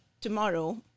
tomorrow